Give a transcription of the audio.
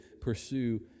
pursue